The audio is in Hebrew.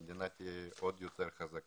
כך המדינה תהיה עוד יותר חזקה.